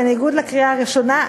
בניגוד לקריאה הראשונה,